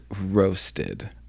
roasted